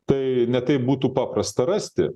tai ne taip būtų paprasta rasti